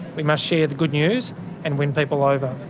we must share the good news and win people over.